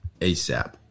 ASAP